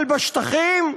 אבל בשטחים,